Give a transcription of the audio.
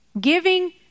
Giving